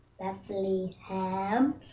Bethlehem